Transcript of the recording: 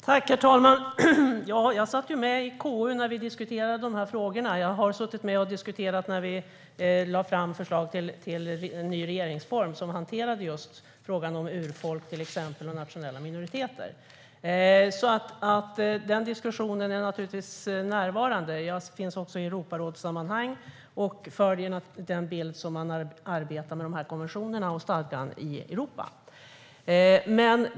Herr talman! Jag satt med i KU när vi diskuterade frågorna, och jag satt med och diskuterade när vi lade fram förslag till en ny regeringsform som just hanterade till exempel frågan om urfolk och nationella minoriteter. Den diskussionen är alltså naturligtvis närvarande. Jag finns också i Europarådssammanhang och följer den bild man arbetar med när det gäller dessa konventioner och denna stadga i Europa.